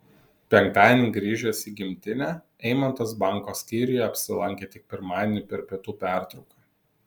penktadienį grįžęs į gimtinę eimantas banko skyriuje apsilankė tik pirmadienį per pietų pertrauką